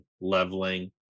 leveling